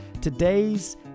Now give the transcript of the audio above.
today's